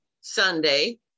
Sunday